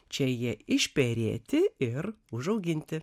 čia jie išperėti ir užauginti